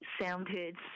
sounded